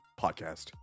Podcast